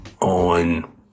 on